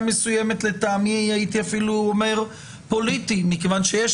מסוימת לטעמי הייתי אפילו אומר פוליטי מכיוון שיש